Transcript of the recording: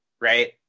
right